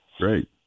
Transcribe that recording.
Great